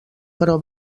però